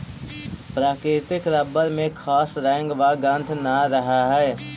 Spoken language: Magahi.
प्राकृतिक रबर में खास रंग व गन्ध न रहऽ हइ